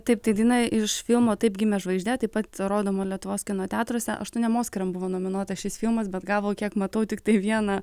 taip tai viena iš filmo taip gimė žvaigždė taip pat rodoma lietuvos kino teatruose aštuoniem oskaram buvo nominuotas šis filmas bet gavo kiek matau tiktai vieną